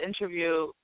interview